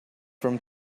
from